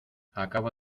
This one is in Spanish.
acabo